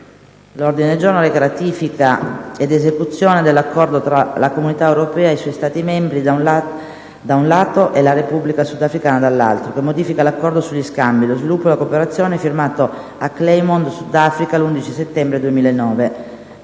DISEGNO DI LEGGE Ratifica ed esecuzione dell'Accordo tra la Comunità europea e i suoi Stati membri da un lato e la Repubblica sudafricana dall'altro, che modifica l'Accordo sugli scambi, lo sviluppo e la cooperazione, firmato a Kleinmond, Sud Africa, l'11 settembre 2009